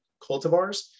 cultivars